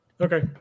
okay